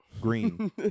Green